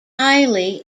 highly